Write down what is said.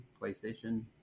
PlayStation